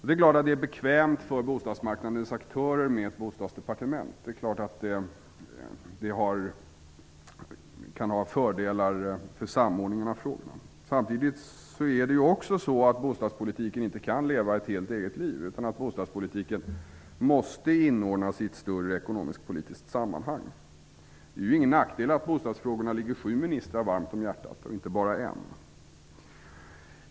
Det är klart att det är bekvämt för bostadsmarknadens aktörer med ett bostadsdepartement. Det är klart att det kan ha fördelar för samordningen av frågan. Samtidigt är det så att bostadspolitiken inte kan leva ett helt eget liv. Bostadspolitiken måste inordnas i ett större ekonomisk-politiskt sammanhang. Det är ingen nackdel att bostadsfrågorna ligger sju ministrar varmt om hjärtat och inte bara en.